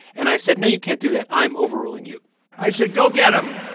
and i said, no, you can't do that. i'm overruling you i said, go get them.